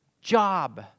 job